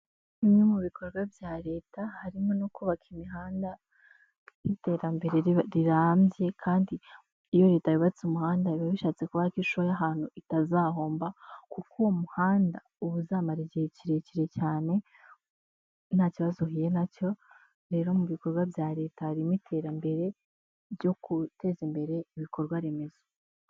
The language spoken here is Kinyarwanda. Bimwe mu bikorwa bya leta harimo no kubaka imihanda nk'iterambere rirambye kandi iyo ritabatse umuhanda biba bishatse kuba ko ishoho y' ahantu itazahomba kuko uwo muhanda uba uzamara igihe kirekire cyane nta kibazo uhuye nacyo rero mu bikorwa bya leta harimo iterambere byo guteza imbere ibikorwa remezo.